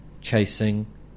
chasing